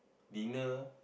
dinner